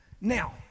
Now